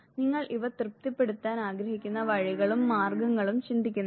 നിങ്ങൾ ഇവ തൃപ്തിപ്പെടുത്താൻ ആഗ്രഹിക്കുന്ന വഴികളും മാർഗങ്ങളും ചിന്തിക്കുന്നില്ല